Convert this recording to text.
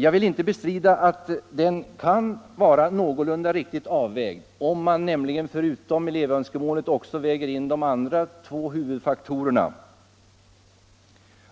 Jag vill inte bestrida att den kan vara någorlunda riktigt avvägd - om man nämligen förutom elevönskemålet också väger in de andra två faktorerna,